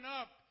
up